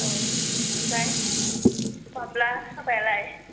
औ ओमफ्राय माब्ला हाबायालाय